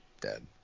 dead